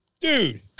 Dude